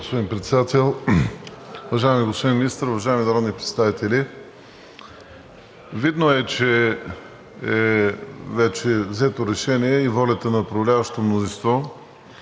Уважаеми господин Председател, уважаеми господин Министър, уважаеми народни представители! Видно е, че вече е взето решение и волята на управляващото мнозинство